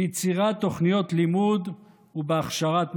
ביצירת תוכניות לימוד ובהכשרת מורים.